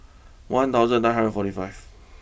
one thousand nine hundred forty five